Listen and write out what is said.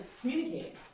communicating